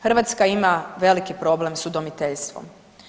Hrvatska ima veliki problem s udomiteljstvom.